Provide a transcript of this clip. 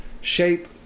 shape